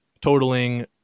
totaling